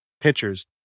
pitchers